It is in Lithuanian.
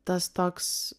tas toks